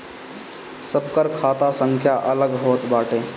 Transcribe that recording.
सबकर खाता संख्या अलग होत बाटे